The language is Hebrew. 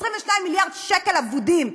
22 מיליארד שקל אבודים.